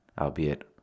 albeit